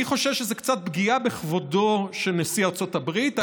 אני חושש שזה קצת פגיעה בכבודו של נשיא ארצות הברית.